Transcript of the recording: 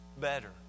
better